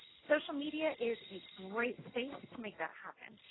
social media is a great space to make that happen.